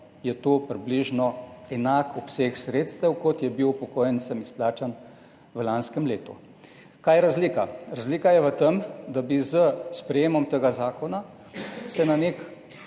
to približno enak obseg sredstev, kot je bil upokojencem izplačan v lanskem letu. Kaj je razlika? Razlika je v tem, da bi s sprejetjem tega zakona se na nek